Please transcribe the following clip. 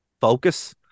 focus